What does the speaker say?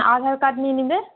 আধার card নিয়ে নিবে